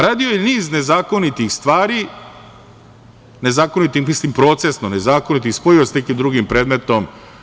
Radio je niz nezakonitih stvari, nezakonito mislim procesno nezakonitim, i spojio sa nekim drugim predmetom.